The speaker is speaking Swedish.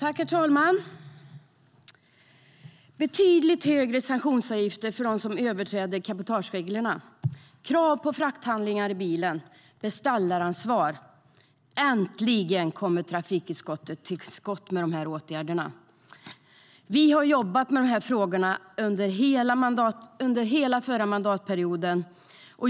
Herr talman! Betydligt högre sanktionsavgifter för dem som överträder cabotagereglerna, krav på frakthandlingar i bilen, beställaransvar - äntligen kommer trafikutskottet till skott med dessa åtgärder. Vi har jobbat med de här frågorna under hela förra mandatperioden.